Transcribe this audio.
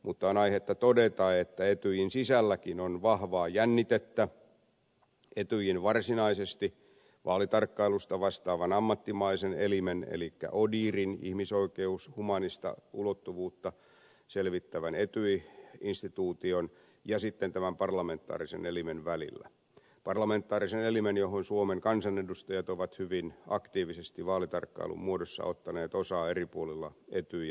mutta on aihetta todeta että etyjin sisälläkin on vahvaa jännitettä etyjin varsinaisesti vaalitarkkailusta vastaavan ammattimaisen elimen elikkä odihrin ihmisoikeudellis humaanista ulottuvuutta selvittävän etyj instituution ja sitten parlamentaarisen elimen välillä parlamentaarisen elimen johon suomen kansanedustajat ovat hyvin aktiivisesti vaalitarkkailun muodossa ottaneet osaa eri puolilla etyj aluetta